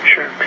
Sure